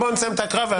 בואו נסיים את ההקראה.